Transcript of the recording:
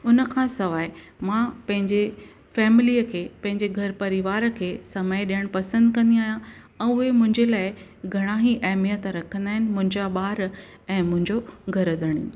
हुनखां सवाइ मां पंहिंजे फैमिलीअ खे पंहिंजे घरु परिवार खे समय ॾेयण पसंदि कंदी आहियां ऐं बि मुंहिंजे लाइ घणा ई एहमियत रखंदा आहिनि मुंहिंजा ॿार ऐं मुंहिंजो घर दणियूं